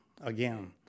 again